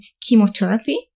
chemotherapy